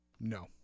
No